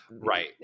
Right